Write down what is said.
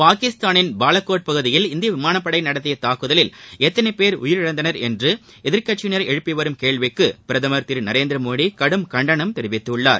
பாகிஸ்தானின் பாலக்கோட் பகுதியில் இந்திய விமானப்படை நடத்திய தாக்குதலில் எத்தனை பேர் உயிரிழந்தனர் என்று எதிர்க்கட்சியினர் எழுப்பி வரும் கேள்விக்கு பிரதமர் திரு நரேந்திரமோடி கடும் கண்டனம் தெரிவித்துள்ளார்